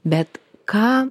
bet ką